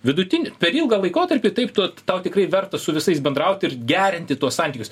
vidutinį per ilgą laikotarpį taip tu tau tikrai verta su visais bendraut ir gerinti tuos santykius